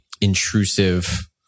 intrusive